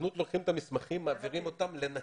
הסוכנות לוקחת את המסמכים ומעבירה אותם לנתיב.